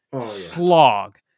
slog